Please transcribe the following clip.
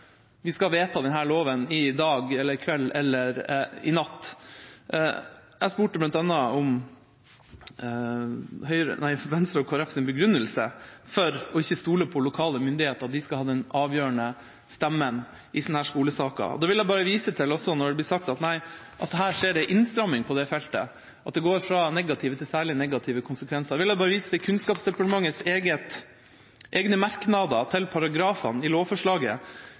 vi skal vedta denne loven i dag – eller i kveld eller i natt. Jeg spurte bl.a. om Venstres og Kristelig Folkepartis begrunnelse for ikke å stole på lokale myndigheter, at de skal ha den avgjørende stemmen i slike skolesaker. Når det blir sagt at det skjer innstramming på dette feltet, at det går fra negative til særlig negative konsekvenser, vil jeg bare vise til Kunnskapsdepartementets egne merknader til paragrafene i lovforslaget,